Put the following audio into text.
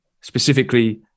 specifically